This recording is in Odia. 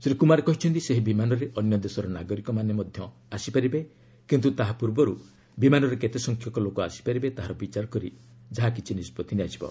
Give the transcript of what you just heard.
ଶ୍ରୀ କୁମାର କହିଛନ୍ତି ସେହି ବିମାନରେ ଅନ୍ୟ ଦେଶର ନାଗରିକମାନେ ମଧ୍ୟ ଆସିପାରିବେ କିନ୍ତ୍ର ତାହା ପୂର୍ବର୍ ବିମାନରେ କେତେ ସଂଖ୍ୟକ ଲୋକ ଆସିପାରିବେ ତାହାର ବିଚାର କରି ନିଷ୍ପଭି ନିଆଯିବ